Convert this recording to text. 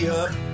up